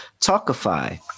Talkify